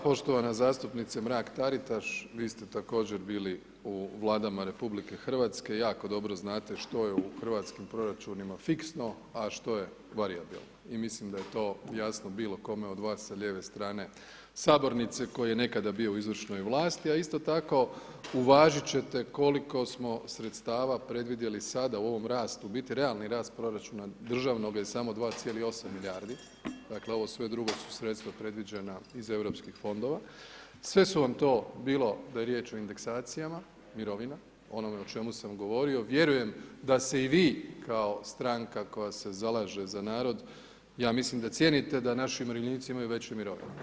Poštovana zastupnice Mrak-Taritaš, vi ste također bili u Vladama Republike Hrvatske, jako dobro znate što je u hrvatskim proračunima fiksno, a što je varijabilno, i mislim da je to jasno bilo kome od vas sa lijeve strane Sabornice, koji je nekada bio u izvršnoj vlasti, a isto tako uvažit će te koliko smo sredstava predvidjeli sada u ovom rastu, bit realan rast proračuna državnoga je samo 2,8 milijardi, dakle, sve ovo drugo su sredstva predviđena iz Europskih fondova, sve su vam to, bilo da je riječ o indeksacijama mirovinama, onome o čemu sam govorio, vjerujem da se i vi kao stranka koja se zalaže za narod, ja mislim da cijenite da naši umirovljenici imaju veće mirovine.